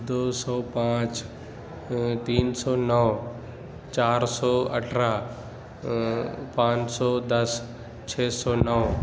دو سو پانچ تین سو نو چار سو اٹھارہ پانچ سو دس چھ سو نو